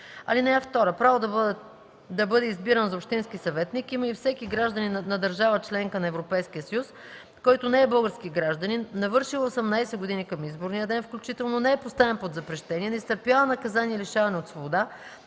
място. (2) Право да бъде избиран за общински съветник има и всеки гражданин на държава – членка на Европейския съюз, който не е български гражданин, навършил е 18 години към изборния ден включително, не е поставен под запрещение, не изтърпява наказание лишаване от свобода,